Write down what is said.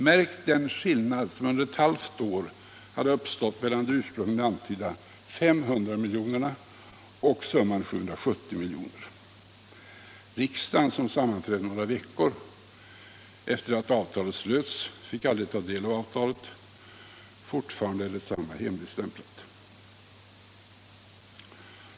Märk den skillnad som under ett halvår hade uppstått mellan de ursprungligen antydda 500 miljonerna och summan 770 miljoner! Riksdagen, som sammanträdde några veckor efter det att avtalet slutits, fick aldrig ta del av avtalet. Fortfarande är detsamma hemligstämplat.